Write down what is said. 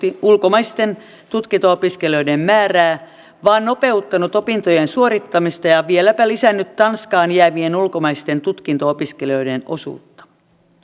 ulkomaisten tutkinto opiskelijoiden määrää vaan nopeuttanut opintojen suorittamista ja vieläpä lisännyt tanskaan jäävien ulkomaisten tutkinto opiskelijoiden osuutta